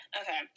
okay